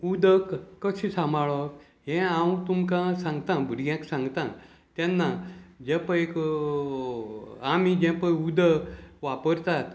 उदक कशें सांबाळप हें हांव तुमकां सांगतां भुरग्यांक सांगता तेन्ना जें पय आमी जें पय उदक वापरतात